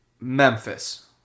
Memphis